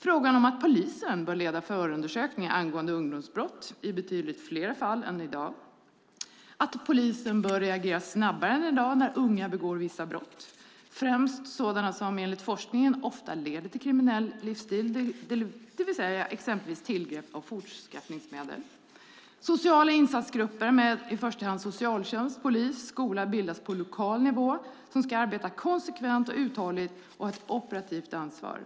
Det handlar om att polisen bör leda förundersökningar angående ungdomsbrott i betydligt fler fall än i dag. Det handlar om att polisen bör reagera snabbare än i dag när unga begår vissa brott, främst sådana som enligt forskningen ofta leder till kriminell livsstil, exempelvis tillgrepp av fortskaffningsmedel. Det handlar vidare om att sociala insatsgrupper med i första hand socialtjänst, polis och skola bildas på lokal nivå som ska arbeta konsekvent och uthålligt med ett operativt ansvar.